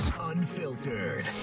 unfiltered